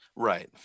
Right